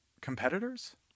competitors